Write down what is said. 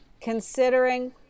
Considering